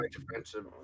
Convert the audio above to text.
defensive